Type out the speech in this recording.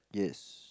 yes